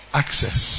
access